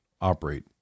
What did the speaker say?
operate